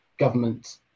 government